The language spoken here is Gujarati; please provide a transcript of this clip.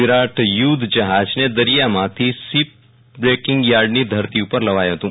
વિરાટ યુધ્ધ જહાજને દરિયામાંથી ગઈકાલે શીપબ્રેકિંગ યાર્ડની ધરતી ઉપર લવાયું હતું